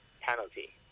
penalty